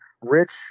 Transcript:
Rich